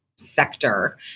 sector